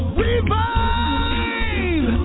revive